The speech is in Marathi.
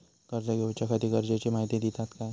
कर्ज घेऊच्याखाती गरजेची माहिती दितात काय?